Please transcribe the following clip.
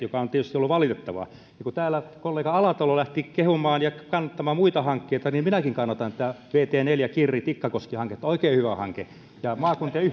mikä on tietysti ollut valitettavaa kun täällä kollega alatalo lähti kehumaan ja kannattamaan muita hankkeita niin minäkin kannatan vt neljä hanketta kirri tikkakoski oikein hyvä hanke ja maakuntien